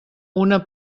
una